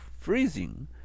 freezing